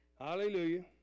Hallelujah